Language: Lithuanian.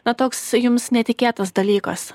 na toks jums netikėtas dalykas